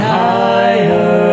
higher